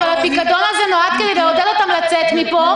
אבל הפיקדון הזה נועד כדי לעודד אותם לצאת מפה.